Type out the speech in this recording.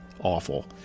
awful